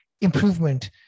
improvement